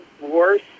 worse